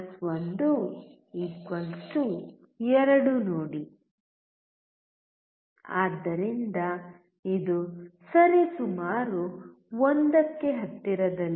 3 1 2 ನೋಡಿ ಆದ್ದರಿಂದ ಇದು ಸರಿಸುಮಾರು 1 ಕ್ಕೆ ಹತ್ತಿರದಲ್ಲಿದೆ